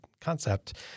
concept